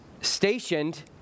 stationed